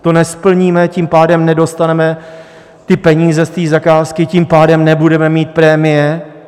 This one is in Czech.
To nesplníme, tím pádem nedostaneme peníze z té zakázky, tím pádem nebudeme mít prémie.